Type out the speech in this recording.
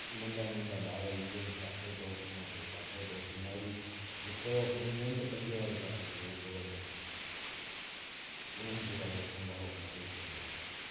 नंढा नंढा ॿार ईंदा आहिनि चाक्लेट वठण पोइ चाक्लेट वठण वरी रुपयो खणी ईंदा आहिनि त पंजे वारो चाक्लेट हो घुरंदा आहिनि उन्हनि खे ॾाढो संभालिणो भारी पवंदो आहे